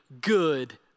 good